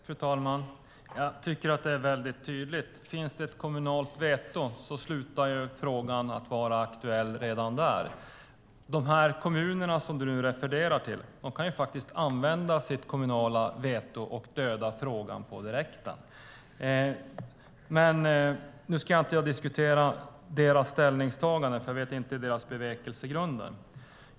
Fru talman! Jag tycker att det är väldigt tydligt: Finns det ett kommunalt veto slutar ju frågan att vara aktuell redan där. De kommuner du nu refererar till, Lise Nordin, kan använda sitt kommunala veto och döda frågan på direkten. Men nu ska jag inte diskutera deras ställningstaganden, för jag vet inte deras bevekelsegrunder.